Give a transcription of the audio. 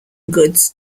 goods